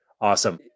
Awesome